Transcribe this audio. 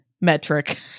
metric